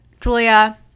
julia